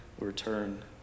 return